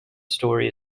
story